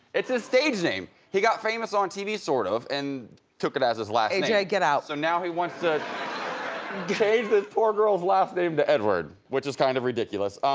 it's his stage name. he got famous on tv sort of and took it as his last yeah get out. so now he wants to change the poor girl's last name to edward, which is kind of ridiculous.